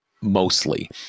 mostly